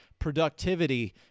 productivity